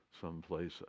someplace